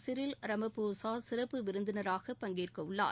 Cyril Ramaphosa சிறப்பு விருந்தினராக பங்கேற்கவுள்ளார்